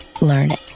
learning